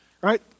right